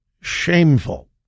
shameful